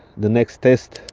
the next test,